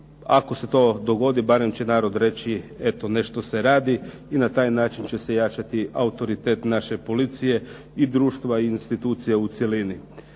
Ako se to dogodi barem će narod reći eto nešto se radi i na taj način će se jačati autoritet naše policije i društva i institucije u cjelini.